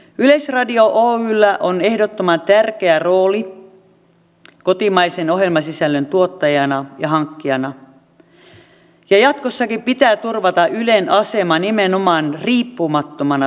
yleisradio oyllä on ehdottoman tärkeä rooli kotimaisen ohjelmasisällön tuottajana ja hankkijana ja jatkossakin pitää turvata ylen asema nimenomaan riippumattomana toimijana